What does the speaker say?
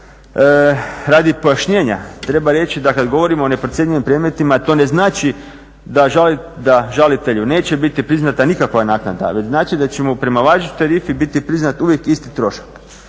Radi pojašnjenja treba reći da kada govorimo o neprocjenjivim predmetima to ne znači da žalitelju neće biti priznata nikakva naknada već znači da će mu prema važećoj tarifi biti priznat uvijek isti trošak.